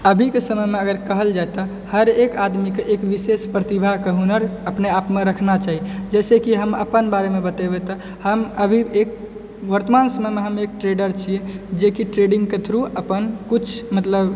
अभीके समयमे अगर कहल जाइ तऽ हर एक आदमीके एक विशेष प्रतिभाके हुनर अपने आपमे रखना चाही जैसँ कि हम अपन बारेमे बतेबय तऽ हम अभी एक वर्तमान समयमे हम एक ट्रेडर छियै जे कि ट्रेडिंगके थ्रू अपन किछु मतलब